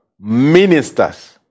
ministers